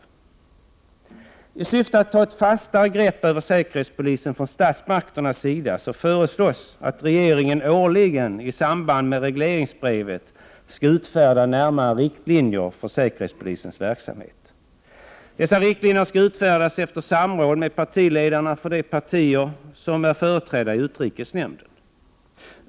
För att statsmakterna skall få ett fastare grepp över säkerhetspolisen föreslås att regeringen årligen i samband med regleringsbrevet utfärdar närmare riktlinjer för säkerhetspolisens verksamhet. Dessa riktlinjer skall utfärdas efter samråd med partiledarna för de partier som är företrädda i utrikesnämnden.